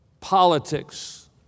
politics